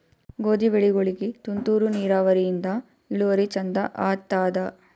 ಗೋಧಿ ಬೆಳಿಗೋಳಿಗಿ ತುಂತೂರು ನಿರಾವರಿಯಿಂದ ಇಳುವರಿ ಚಂದ ಆತ್ತಾದ?